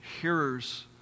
hearers